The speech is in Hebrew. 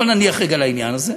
אבל נניח רגע לעניין הזה.